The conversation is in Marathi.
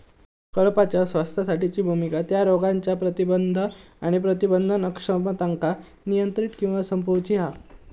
कळपाच्या स्वास्थ्यासाठीची भुमिका त्या रोगांच्या प्रतिबंध आणि प्रबंधन अक्षमतांका नियंत्रित किंवा संपवूची हा